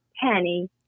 penny